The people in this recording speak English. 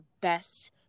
best